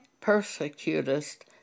persecutest